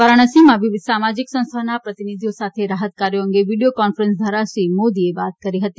વારાણસીમાં વિવિધ સામાજિક સંસ્થાઓના પ્રતિનિધિઓ સાથે રાહત કાર્યો અંગે વિડીયો કોન્ફરન્સ દ્વારા શ્રી મોદીએ વાતયીત કરી હતી